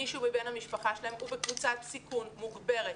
מישהו מבני המשפחה שלהם הוא בקבוצת סיכון מוגברת.